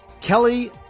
Kelly